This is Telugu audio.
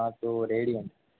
తో రేడియం